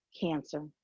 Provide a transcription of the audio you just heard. cancer